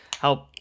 help